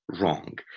wrong